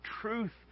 truth